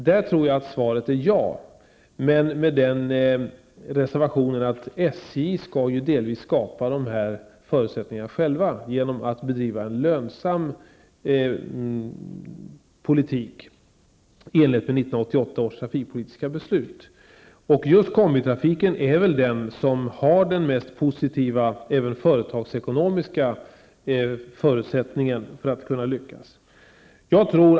Där tror jag att svaret är ja, med den reservationen att SJ delvis skall skapa dessa förutsättningar självt genom att bedriva en lönsam politik i enlighet med 1988 års trafikpolitiska beslut. Just kombitrafiken har de bästa företagsekonomiska förutsättningarna att lyckas.